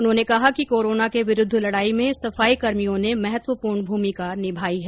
उन्होंने कहा कि कोरोना के विरूद्व लडाई में सफाई कर्मियों ने महत्वपूर्ण भूमिका निभाई है